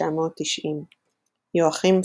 1990. יואכים פסט,